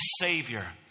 Savior